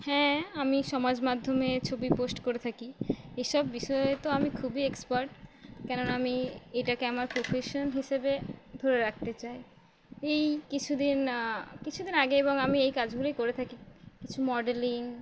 হ্যাঁ আমি সমাজ মাধ্যমে ছবি পোস্ট করে থাকি এসব বিষয়ে তো আমি খুবই এক্সপার্ট কেননা আমি এটাকে আমার প্রফেশান হিসেবে ধরে রাখতে চাই এই কিছুদিন কিছুদিন আগে এবং আমি এই কাজগুলি করে থাকি কিছু মডেলিং